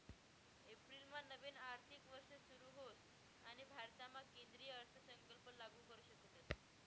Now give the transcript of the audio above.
एप्रिलमा नवीन आर्थिक वर्ष सुरू होस आणि भारतामा केंद्रीय अर्थसंकल्प लागू करू शकतस